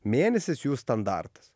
mėnesis jų standartas